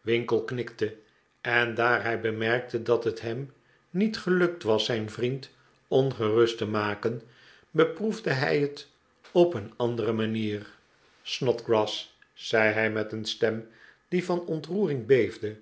winkle knikte en daar hij bemerkte dat het hem niet gelukt was zijn vriend ongerust te maken beproefde hij het op een andere ma'nier snodgrass zei hij met een stem die van ontroering beefde